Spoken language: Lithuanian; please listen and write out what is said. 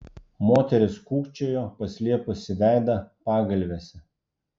moteris kūkčiojo paslėpusi veidą pagalvėse